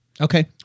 Okay